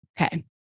okay